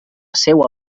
seua